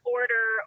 order